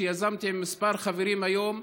שיזמו כמה חברים היום,